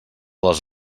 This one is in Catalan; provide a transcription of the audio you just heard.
les